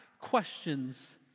questions